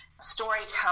storytelling